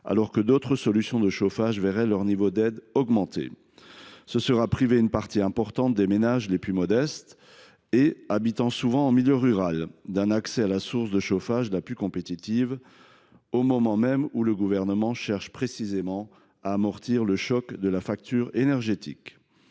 alors que d’autres solutions de chauffage verraient leur niveau d’aide augmenter. Ce sera priver une partie importante des ménages les plus modestes habitant en milieu rural d’un accès à la source de chauffage la plus compétitive, au moment où le Gouvernement cherche précisément à amortir le choc de la facture énergétique.